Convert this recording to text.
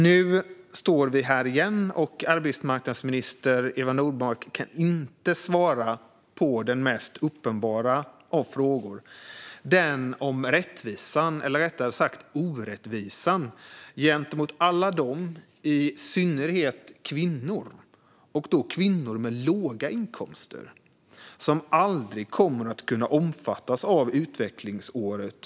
Nu står vi här igen, och arbetsmarknadsminister Eva Nordmark kan inte svara på den mest uppenbara av frågor, den om rättvisan, eller rättare sagt orättvisan, gentemot alla dem, i synnerhet kvinnor och då kvinnor med låga inkomster, som aldrig kommer att kunna omfattas av utvecklingsåret.